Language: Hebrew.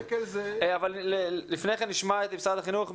לפני כן נשמע את משרד החינוך.